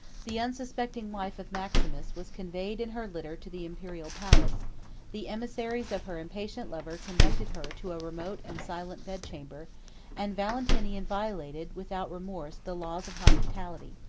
the unsuspecting wife of maximus was conveyed in her litter to the imperial palace the emissaries of her impatient lover conducted her to a remote and silent bed-chamber and valentinian violated, without remorse, the laws of hospitality.